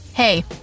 Hey